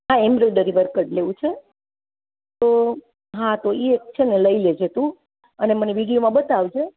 હા embroidery work જ લેવું છે તો હા તો એ એક છે ને લઈ લેજે તું અને મને વિડિઓમાં બતાવજે